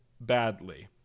badly